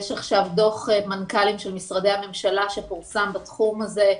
יש עכשיו דוח מנכ"לים של משרדי הממשלה שפורסם בתחום הזה,